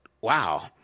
wow